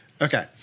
Okay